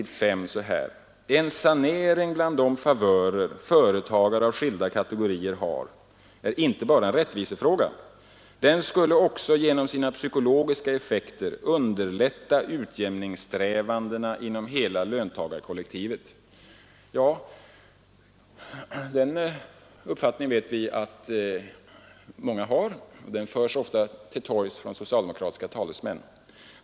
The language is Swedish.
S bl.a.: ”En sanering bland de favörer företagare av skilda kategorier har är inte bara en rättvisefråga — den skulle också genom sina psykologiska effekter underlätta utjämningssträvandena inom hela löntagarkollektivet.” Ja, den uppfattningen vet vi att många har, och den förs ofta till torgs av socialdemokratiska talesmän.